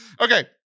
Okay